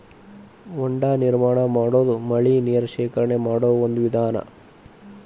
ಹೊಂಡಾ ನಿರ್ಮಾಣಾ ಮಾಡುದು ಮಳಿ ನೇರ ಶೇಖರಣೆ ಮಾಡು ಒಂದ ವಿಧಾನಾ